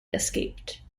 escaped